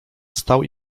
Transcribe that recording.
stał